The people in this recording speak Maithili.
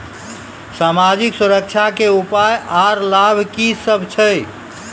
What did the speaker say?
समाजिक सुरक्षा के उपाय आर लाभ की सभ छै?